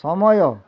ସମୟ